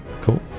Cool